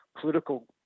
political